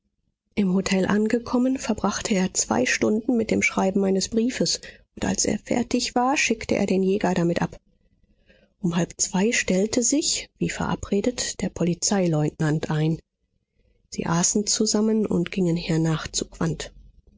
im hotel angekommen verbrachte er zwei stunden mit dem schreiben eines briefes und als er fertig war schickte er den jäger damit ab um halb zwei stellte sich wie verabredet der polizeileutnant ein sie aßen zusammen und gingen hernach